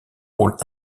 rôle